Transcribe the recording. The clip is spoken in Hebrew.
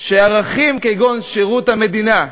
לכך שערכים כגון שירות המדינה,